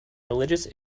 religious